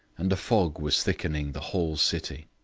and a fog was thickening the whole city.